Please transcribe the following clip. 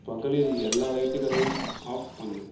பகலில் எல்லா லைட்டுகளையும் ஆஃப் பண்ணு